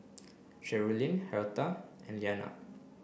cherilyn Hertha and Leanna